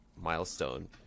milestone